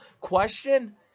question